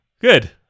good